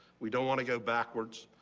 we don't want to go backwards.